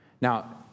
Now